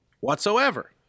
whatsoever